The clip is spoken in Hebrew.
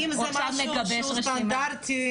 אם זה משהו שהוא סטנדרטי,